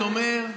הוא אומר: